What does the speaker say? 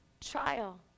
trial